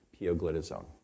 pioglitazone